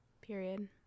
Period